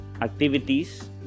activities